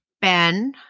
Ben